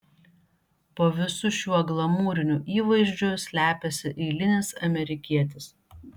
po visu šiuo glamūriniu įvaizdžiu slepiasi eilinis amerikietis